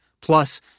plus